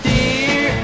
Dear